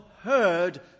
heard